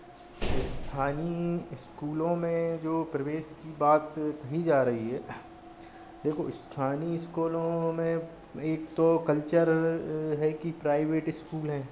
स्थानी स्कूलों में जो प्रवेश की बात कही जा रही है देखो स्थानी स्कूलों में एक तो कल्चर है कि प्राइवेट इस्कूल हैं